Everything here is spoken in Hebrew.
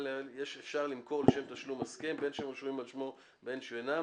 --- אפשר למכור לשם --- בין שהם רשומים על שמו ובין שאינם,